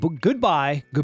Goodbye